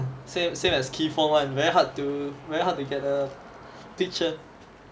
same same as kee fong one very hard to very hard to get a picture